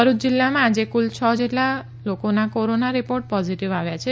ભરૂચ જિલ્લામાં આજે કુલ છ જેટલા લોકોના કોરોના ના રિપોર્ટ પોઝિટિવ આવ્યા છે